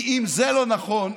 כי אם זה לא נכון,